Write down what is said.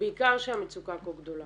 בעיקר כשהמצוקה כה גדולה.